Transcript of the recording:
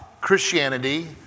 Christianity